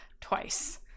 twice